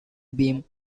beam